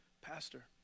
Pastor